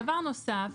דבר נוסף,